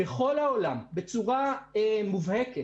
בכל העולם, בצורה מובהקת,